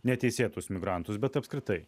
neteisėtus migrantus bet apskritai